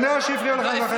אבל הפריעו לי.